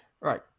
Right